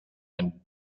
and